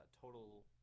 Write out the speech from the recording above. total